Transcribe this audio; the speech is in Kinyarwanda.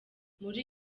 muri